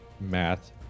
Math